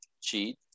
cheat